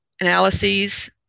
analyses